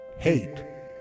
Hate